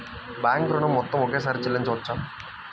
Bank ఋణం మొత్తము ఒకేసారి చెల్లించవచ్చా?